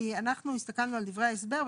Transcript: כי אנחנו הסתכלנו על דברי ההסבר,